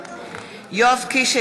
יואב קיש,